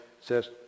says